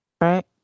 Right